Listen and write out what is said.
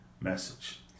message